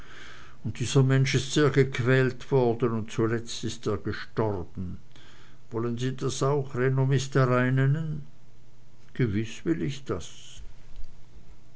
und dieser mensch ist sehr gequält worden und zuletzt ist er gestorben wollen sie das auch renommisterei nennen gewiß will ich das